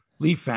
Leaf